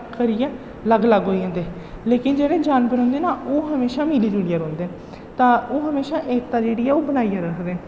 करियै अलग अलग होई जंदे लेकिन जेह्ड़े जानवर होंदे ना ओह् हमेशां मिली जुलियै रौंह्दे न ता ओह् हमेशां एकता जेह्ड़ी ऐ ओह् बनाइयै रखदे